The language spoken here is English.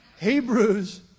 Hebrews